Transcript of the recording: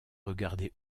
regardé